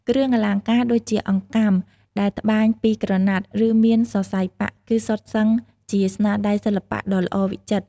គ្រឿងអលង្ការដូចជាអង្កាំដែលត្បាញពីក្រណាត់ ឬមានសរសៃប៉ាក់ គឺសុទ្ធសឹងជាស្នាដៃសិល្បៈដ៏ល្អវិចិត្រ។